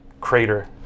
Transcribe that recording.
crater